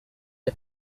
les